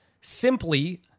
simply